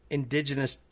indigenous